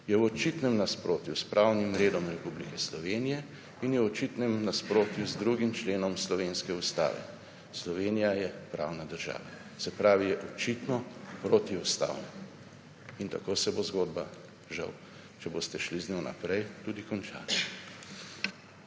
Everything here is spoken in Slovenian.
je v očitnem nasprotju s pravnim redom Republike Slovenije in je v očitnem nasprotju z 2. členom slovenske Ustave – Slovenija je pravna država. Se pravi, je očitno protiustavno. In tako se bo zgodba žal, če boste šli z njo naprej, tudi končala.